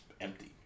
empty